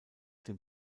dem